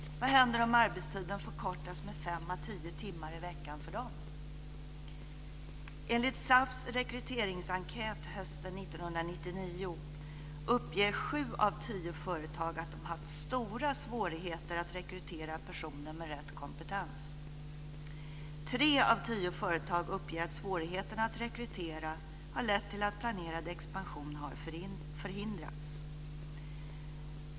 Vad händer om arbetstiden förkortas med fem à tio timmar i veckan för dem? Enligt SAF:s rekryteringsenkät hösten 1999 uppger sju av tio företag att de haft stora svårigheter att rekrytera personer med rätt kompetens. Tre av tio företag uppger att svårigheterna att rekrytera har lett till att planerad expansion har förhindrats.